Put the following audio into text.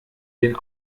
den